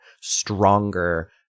stronger